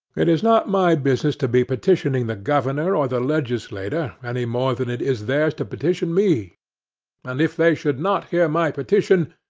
it is not my business to be petitioning the governor or the legislature any more than it is theirs to petition me and if they should not hear my petition,